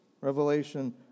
Revelation